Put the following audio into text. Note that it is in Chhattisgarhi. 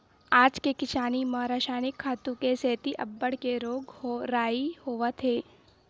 आज के किसानी म रसायनिक खातू के सेती अब्बड़ के रोग राई होवत हे